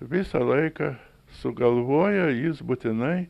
visą laiką sugalvojo jis būtinai